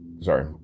Sorry